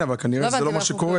כן, אבל כנראה שזה לא מה שקורה.